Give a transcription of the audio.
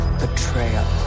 betrayal